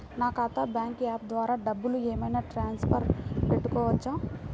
నా ఖాతా bank app ద్వారా డబ్బులు ఏమైనా ట్రాన్స్ఫర్ పెట్టుకోవచ్చా?